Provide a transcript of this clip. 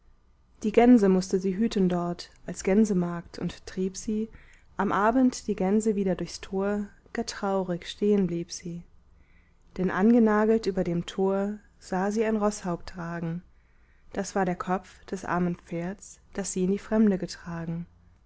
die gänse mußte sie hüten dort als gänsemagd und trieb sie am abend die gänse wieder durchs tor gar traurig stehen blieb sie denn angenagelt über dem tor sah sie ein roßhaupt ragen das war der kopf des armen pferds das sie in die fremde getragen